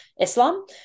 Islam